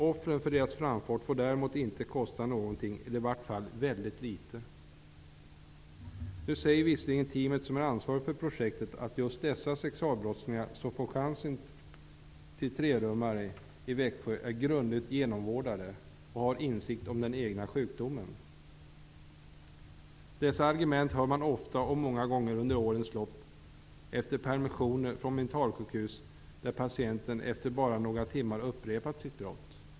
Offren för deras framfart får däremot inte kosta någonting -- eller i varje fall väldigt litet. Nu säger visserligen det team som är ansvarigt för projektet att just dessa sexualbrottslingar som får chansen till en trerummare i Växjö är grundligt genomvårdade och att de har insikt om den egna sjukdomen. Sådana argument hör man ofta. Men många gånger under årens lopp har patienten bara några timmar efter en permission från mentalsjukhus upprepat sitt brott.